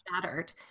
shattered